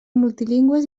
multilingües